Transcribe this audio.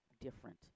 different